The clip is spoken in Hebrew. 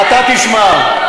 זה שקר.